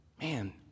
Man